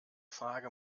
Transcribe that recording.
frage